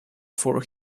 for